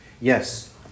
Yes